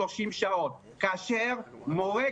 30 שעות כאשר מורה,